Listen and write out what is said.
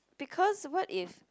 because what if